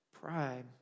Pride